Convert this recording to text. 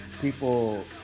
people